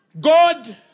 God